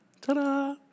Ta-da